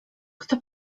kto